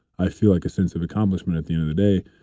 i feel like a sense of accomplishment at the end of the day.